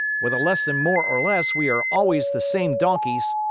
with a lesson more or less, we are always the same donkeys.